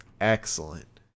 excellent